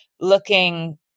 looking